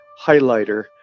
highlighter